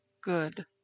good